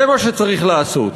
זה מה שצריך לעשות.